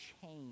change